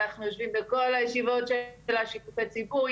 אנחנו יושבים בכל הישיבות של שיתופי הציבור,